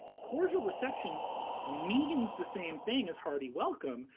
cordial reception means the same thing as hearty welcome.